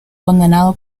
condenado